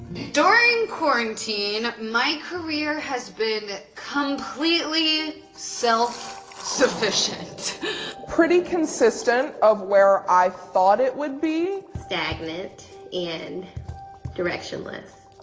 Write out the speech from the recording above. during quarantine, my career has been completely self-sufficient. pretty consistent of where i thought it would be. stagnant and directionless.